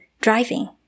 driving